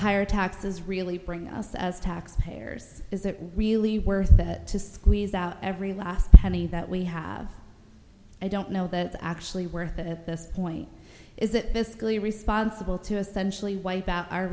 higher taxes really bring us as tax payers is it really worth it to squeeze out every last penny that we have i don't know that actually worth it at this point is that this really responsible to essentially wipe out our